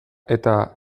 eta